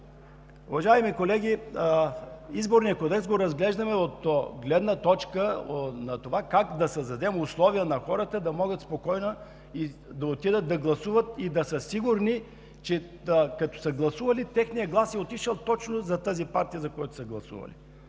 Уважаеми колеги, Изборния кодекс го разглеждаме от гледна точка на това как да създадем условия на хората да могат спокойно да отидат да гласуват и да са сигурни, че като са гласували, техният глас е отишъл точно за тази партия, за която са гласували.